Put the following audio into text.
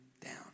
down